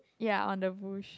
ya on the bush